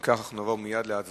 אם כך, נעבור מייד להצבעה.